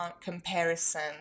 comparison